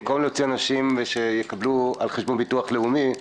במקום באמת להוציא אנשים ושיקבלו על חשבון הביטחון הלאומי,